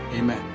Amen